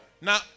Now